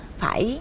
phải